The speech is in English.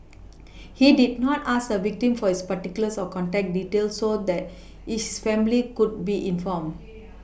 he did not ask the victim for his particulars or contact details so that his family could be informed